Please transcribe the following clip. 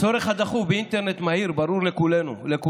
הצורך הדחוף באינטרנט מהיר ברור לכולנו,